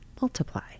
multiply